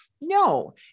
No